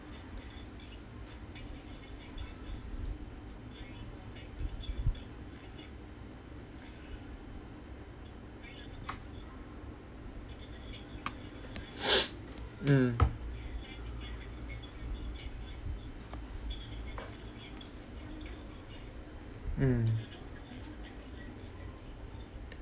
mm mm